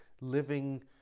living